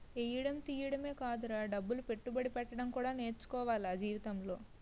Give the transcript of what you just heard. ఎయ్యడం తియ్యడమే కాదురా డబ్బులు పెట్టుబడి పెట్టడం కూడా నేర్చుకోవాల జీవితంలో